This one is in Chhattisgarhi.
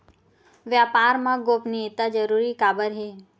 व्यापार मा गोपनीयता जरूरी काबर हे?